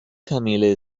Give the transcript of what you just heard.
kamele